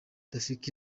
rafiki